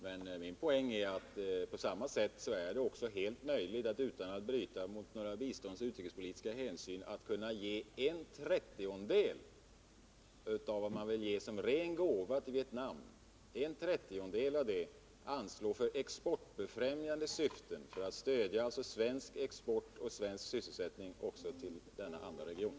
Men min poäng är att på samma sätt är det helt möjligt att, utan att bortse från några biståndspolitiska och utrikespolitiska hänsyn, för exportbefrämjande syften anslå en trettiondedel av vad man vill ge som ren gåva till Vietnam — detta för att stödja svensk export och svensk sysselsättning också när det gäller denna andra region.